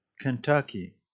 Kentucky